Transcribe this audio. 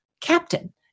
Captain